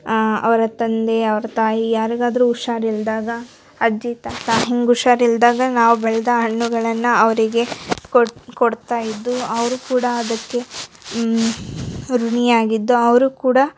ಆ ಅವರ ತಂದೆ ಅವರ ತಾಯಿ ಯಾರಿಗಾದರೂ ಹುಷಾರಿಲ್ದಾಗ ಅಜ್ಜಿ ತಾತ ಹಿಂಗೆ ಹುಷಾರಿಲ್ದಾಗ ನಾವು ಬೆಳೆದ ಹಣ್ಣುಗಳನ್ನ ಅವರಿಗೆ ಕೊಡ್ ಕೊಡ್ತಾ ಇದ್ದು ಅವರು ಕೂಡ ಅದಕ್ಕೆ ಋಣಿಯಾಗಿದ್ದು ಅವರು ಕೂಡ